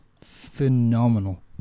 phenomenal